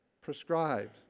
prescribed